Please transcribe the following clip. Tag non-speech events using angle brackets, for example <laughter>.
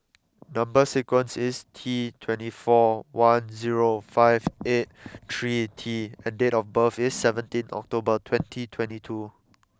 number sequence is T twenty four one zero five <noise> eight three T and date of birth is seventeenth October twenty twenty two